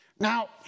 Now